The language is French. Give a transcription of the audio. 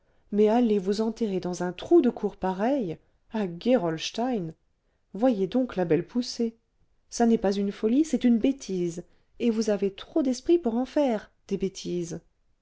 mais aller vous enterrer dans un trou de cour pareil à gerolstein voyez donc la belle poussée ça n'est pas une folie c'est une bêtise et vous avez trop d'esprit pour en faire des bêtises